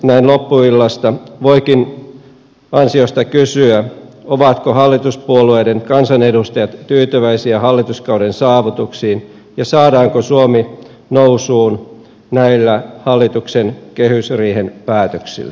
näin loppuillasta voikin ansiosta kysyä ovatko hallituspuolueiden kansanedustajat tyytyväisiä hallituskauden saavutuksiin ja saadaanko suomi nousuun näillä hallituksen kehysriihen päätöksillä